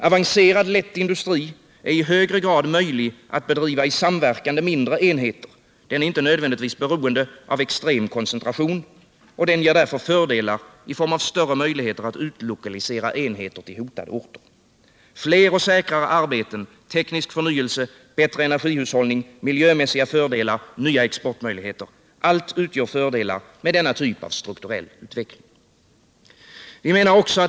Avancerad lätt industri är i högre grad möjlig att bedriva i samverkande mindre enheter — den är inte nödvändigtvis beroende av extrem koncentration. Det ger fördelar i form av större möjlighet att utlokalisera enheter till hotade orter. Fler och säkrare arbeten, teknisk förnyelse, bättre energihushållning, miljömässiga fördelar, nya exportmöjligheter — allt utgör fördelar med denna typ av strukturell utveckling.